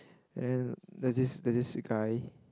and there's this there's this guy